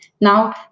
Now